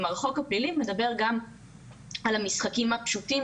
כלומר החוק הפלילי מדבר גם על המשחקים הפשוטים